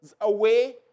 away